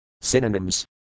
Synonyms